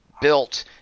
built